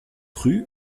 rue